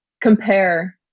Compare